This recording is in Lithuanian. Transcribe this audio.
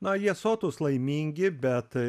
na jie sotūs laimingi bet